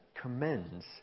commends